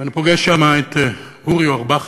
ואני פוגש שם את אורי אורבך,